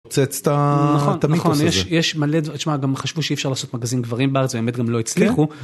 פוצץ את המיתוס הזה. גם חשבו שאי אפשר לעשות מגזין גברים בארץ והאמת גם לא הצליחו.